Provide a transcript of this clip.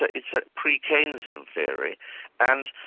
ah it's a pre-keynesian theory and